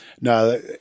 no